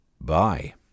bye